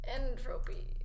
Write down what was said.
Entropy